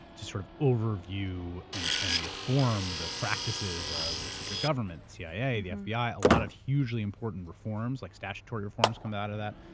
to sort of overview and and reform the practices of the secret government, the cia, the fbi, a lot of hugely important reforms, like statutory reforms, come out of that.